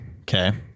Okay